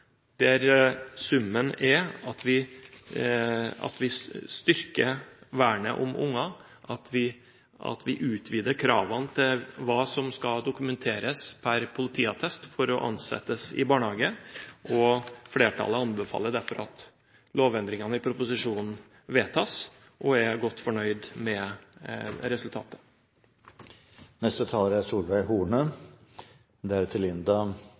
der summen er at vi styrker vernet om unger, og at vi utvider kravene til hva som skal dokumenteres per politiattest for å bli ansatt i barnehage. Flertallet anbefaler derfor at lovendringene i proposisjonen vedtas og er godt fornøyd med resultatet.